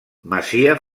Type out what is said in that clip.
masia